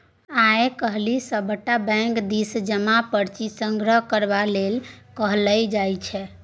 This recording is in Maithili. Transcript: आय काल्हि सभटा बैंक दिससँ जमा पर्ची संग्रह करबाक लेल कहल जाइत छै